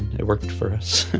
it worked for us.